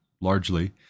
largely